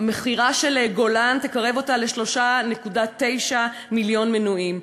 הרכישה של "גולן" תקרב אותה ל-3.9 מיליון מנויים.